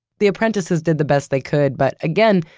the apprentices did the best they could, but again,